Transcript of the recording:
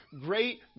great